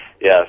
Yes